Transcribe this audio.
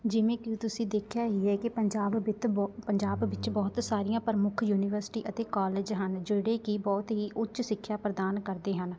ਜਿਵੇਂ ਕਿ ਤੁਸੀਂ ਦੇਖਿਆ ਹੀ ਹੈ ਕਿ ਪੰਜਾਬ ਬਿਤ ਪੰਜਾਬ ਵਿੱਚ ਬਹੁਤ ਸਾਰੀਆਂ ਪ੍ਰਮੁੱਖ ਯੂਨੀਵਰਸਿਟੀ ਅਤੇ ਕੋਲਜ ਹਨ ਜਿਹੜੇ ਕਿ ਬਹੁਤ ਹੀ ਉੱਚ ਸਿੱਖਿਆ ਪ੍ਰਦਾਨ ਕਰਦੇ ਹਨ